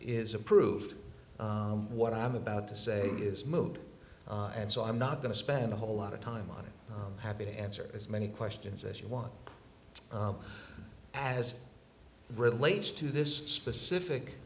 is approved what i'm about to say is moot and so i'm not going to spend a whole lot of time on it happy to answer as many questions as you want as it relates to this specific